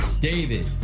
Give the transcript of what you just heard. David